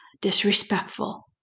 disrespectful